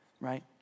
Right